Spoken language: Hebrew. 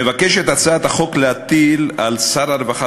הצעת החוק מבקשת להטיל על שר הרווחה